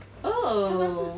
oh